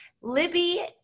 Libby